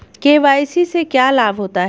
KYC से क्या लाभ होता है?